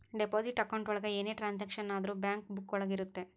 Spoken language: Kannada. ಡೆಪಾಸಿಟ್ ಅಕೌಂಟ್ ಒಳಗ ಏನೇ ಟ್ರಾನ್ಸಾಕ್ಷನ್ ಆದ್ರೂ ಬ್ಯಾಂಕ್ ಬುಕ್ಕ ಒಳಗ ಇರುತ್ತೆ